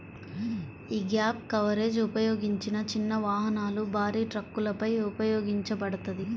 యీ gap coverage ఉపయోగించిన చిన్న వాహనాలు, భారీ ట్రక్కులపై ఉపయోగించబడతది